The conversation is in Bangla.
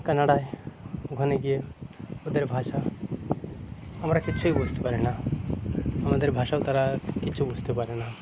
কানাডায় ওখানে গিয়ে ওদের ভাষা আমরা কিছুই বুঝতে পারি না আমাদের ভাষাও তারা কিছু বুঝতে পারে না